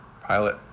pilot